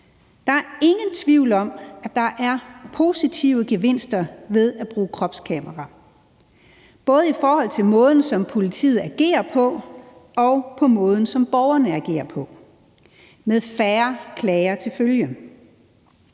Der er ingen tvivl om, at der er positive gevinster ved at bruge kropskamera, både i forhold til måden, som politiet agerer på, og måden, som borgerne reagerer på, med færre klager til følge.